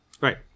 right